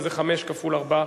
וזה חמש כפול ארבע,